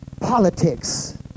politics